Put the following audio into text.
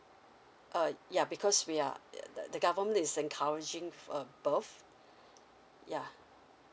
uh ya because we are the the government is encouraging uh birth yeah